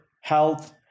health